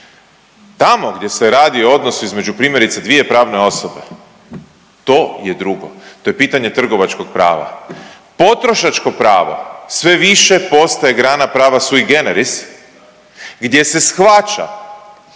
Tamo gdje se radi o odnosu između primjerice dvije pravne osobe to je drugo, to je pitanje trgovačkog prava. Potrošačko pravo sve više postaje grana prava sui generis gdje se shvaća